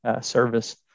service